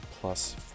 plus